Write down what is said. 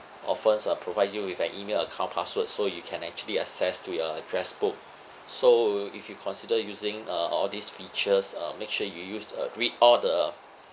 offers or provide you with an email account password so you can actually access to your address book so if you consider using uh all these features uh make sure you use uh read all the